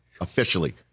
officially